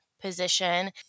Position